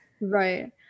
Right